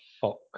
Fox